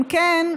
אם כן,